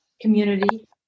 community